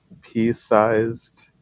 pea-sized